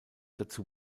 dazu